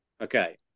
okay